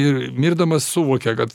ir mirdamas suvokia kad